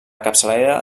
capçalera